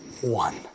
one